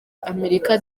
amerika